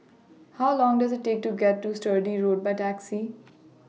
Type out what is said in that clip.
How Long Does IT Take to get to Sturdee Road By Taxi